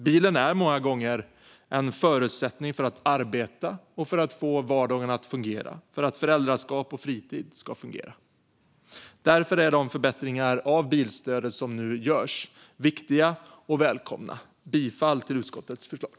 Bilen är många gånger en förutsättning för att kunna arbeta och även få vardag, föräldraskap och fritid att fungera. Därför är de förbättringar av bilstödet som nu görs viktiga och välkomna. Jag yrkar bifall till utskottets förslag.